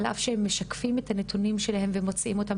על אף שהם משקפים את הנתונים שלהם ומוציאים אותם